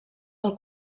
del